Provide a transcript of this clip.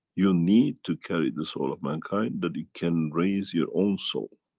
you need to carry the soul of mankind that it can raise your own soul.